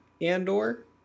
Andor